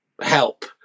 help